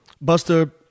Buster